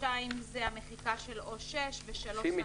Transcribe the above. תיקון שני זה המחיקה של "או 6" ותיקון שלישי,